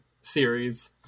series